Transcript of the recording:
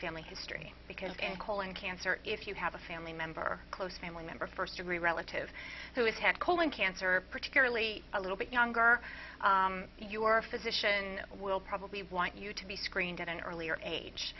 family history because and colon cancer if you have a family member or close family member first degree relative who has had colon cancer particularly a little bit younger your physician will probably want you to be screened at an earlier age